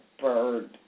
bird